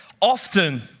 Often